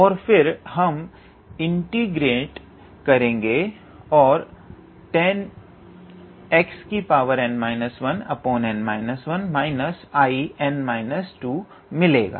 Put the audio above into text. और फिर हम इंटीग्रेट करेंगे और tann 1xn 1 −𝐼𝑛−2 मिलेगा